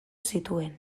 zituen